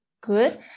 good